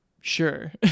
Sure